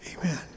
amen